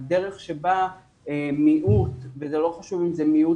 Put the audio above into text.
הדרך שבה מיעוט וזה לא חשוב אם זה מיעוט